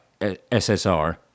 SSR